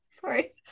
Sorry